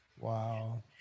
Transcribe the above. Wow